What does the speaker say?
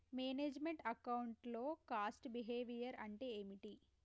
Manage meant account లో cost behaviour అంటే ఏమిటి?